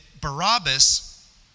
Barabbas